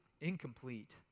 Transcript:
incomplete